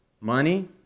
money